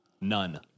none